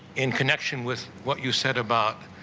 in connection with what you said about